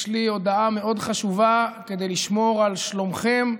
יש לי הודעה מאוד חשובה כדי לשמור על שלומכם,